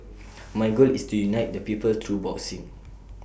my goal is to unite the people through boxing